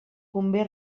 convé